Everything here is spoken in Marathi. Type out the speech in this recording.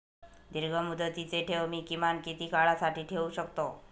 दीर्घमुदतीचे ठेव मी किमान किती काळासाठी ठेवू शकतो?